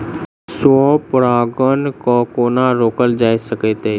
स्व परागण केँ कोना रोकल जा सकैत अछि?